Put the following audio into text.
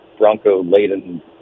Bronco-laden